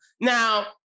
Now